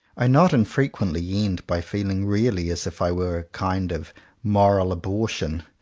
i not infrequently end by feeling really as if i were a kind of moral abortion.